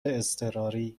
اضطراری